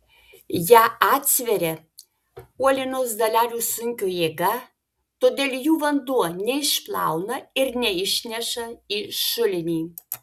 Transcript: ją atsveria uolienos dalelių sunkio jėga todėl jų vanduo neišplauna ir neišneša į šulinį